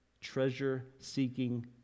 treasure-seeking